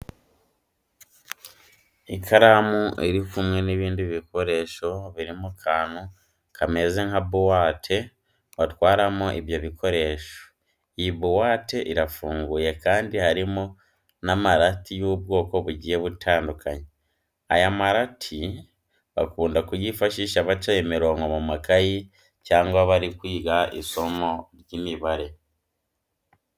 Ikaramu iri kumwe n'ibindi bikoresho biri mu kantu kameze nka buwate batwaramo ibyo bikoresho. Iyi buwate irafunguye kandi harimo n'amarati y'ubwoko bugiye butandukanye. Aya marati bakunda kuyifashisha baca imirongo mu makayi cyangwa bari kwiga isomo ry'imibare.